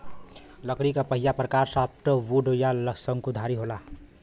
लकड़ी क पहिला प्रकार सॉफ्टवुड या सकुधारी होला